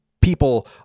people